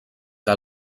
que